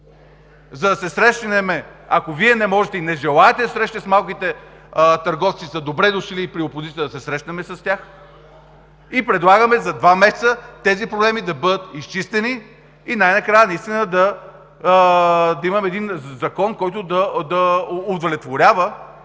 за да се срещнем – ако Вие не можете и не желаете да се срещнете с малките търговци, те са добре дошли при опозицията, за да се срещнем с тях. Предлагаме за два месеца тези проблеми да бъдат изчистени и най-накрая да имаме един закон, който да удовлетворява